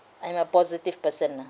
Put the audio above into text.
I'm a positive person lah